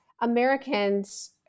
americans